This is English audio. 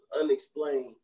unexplained